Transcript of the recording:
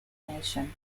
nation